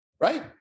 right